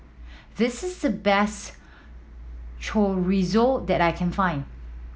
this is the best Chorizo that I can find